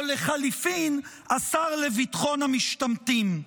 או לחלופין: השר לביטחון המשתמטים.